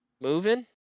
moving